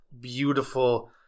beautiful